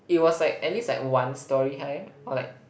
it was like at least like one storey high or like